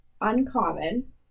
uncommon